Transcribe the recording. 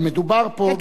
אבל מדובר פה,